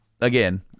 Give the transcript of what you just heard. again